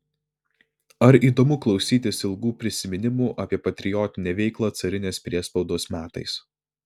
ar įdomu klausytis ilgų prisiminimų apie patriotinę veiklą carinės priespaudos metais